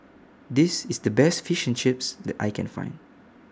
This IS The Best Fish and Chips that I Can Find